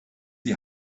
die